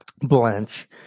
Blanche